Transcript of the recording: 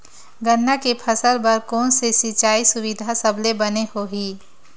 गन्ना के फसल बर कोन से सिचाई सुविधा सबले बने होही?